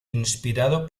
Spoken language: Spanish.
inspirado